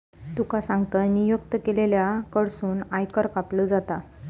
तुका सांगतंय, नियुक्त केलेल्या कडसून आयकर कापलो जाता